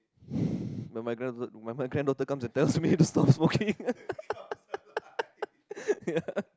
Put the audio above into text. no my granddaughter my my granddaughter come and tells me to stop smoking yeah